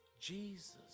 Jesus